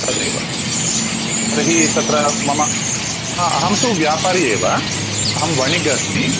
तदैव तर्हि तत्र मम अहं तु व्यापारि एव अहं वणिगस्मि